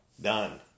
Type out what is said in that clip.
Done